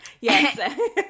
yes